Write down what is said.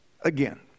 Again